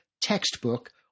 textbook